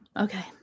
Okay